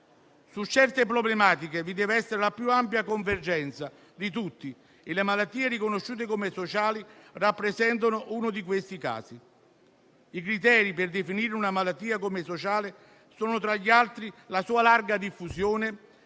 Su certe problematiche vi deve essere la più ampia convergenza di tutti, e le malattie riconosciute come sociali rappresentano uno di questi casi. I criteri per definire una malattia come sociale sono, tra gli altri, la sua larga diffusione